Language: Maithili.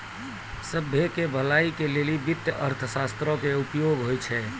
सभ्भे के भलाई के लेली वित्तीय अर्थशास्त्रो के उपयोग होय छै